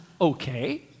okay